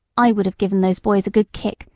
i would have given those boys a good kick,